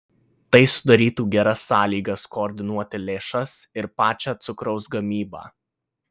tai sudarytų geras sąlygas koordinuoti lėšas ir pačią cukraus gamybą